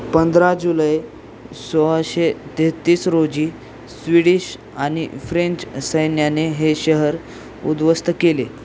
पंधरा जुलै सोळाशे तेहतीस रोजी स्वीडिश आणि फ्रेंच सैन्याने हे शहर उध्वस्त केले